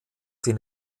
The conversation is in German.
den